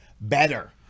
better